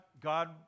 God